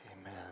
Amen